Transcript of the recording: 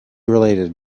related